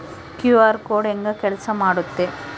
QR code ಹೆಂಗ ಕೆಲಸ ಮಾಡುತ್ತೆ?